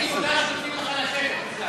תגיד תודה שנותנים לך לשבת בכלל.